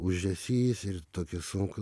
ūžesys ir tokie sunku